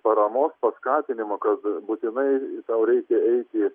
paramos paskatinimo kad būtinai tau reikia eiti